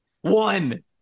One